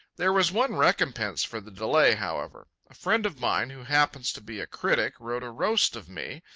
there was one recompense for the delay, however. a friend of mine, who happens to be a critic, wrote a roast of me,